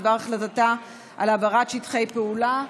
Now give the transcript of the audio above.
בדבר החלטתה על העברת שטחי פעולה.